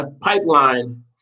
pipeline